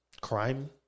crime